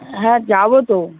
হ্যাঁ যাবো তো